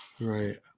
Right